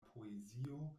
poezio